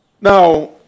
Now